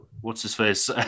What's-his-face